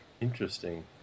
Interesting